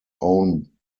own